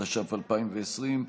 התשפ"א 2020,